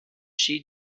she